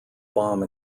bomb